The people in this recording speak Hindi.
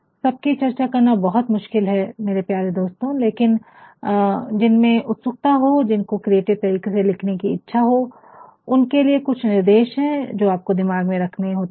सबकी चर्चा करना बहुत मुश्किल है मेरे प्यारे दोस्तों लेकिन जिनमे उत्सुकता हो जिनको क्रिएटिव तरीके से लिखने कि इच्छा हो उनके लिए कुछ निर्देश है जो आपको दिमाग में रखना होता है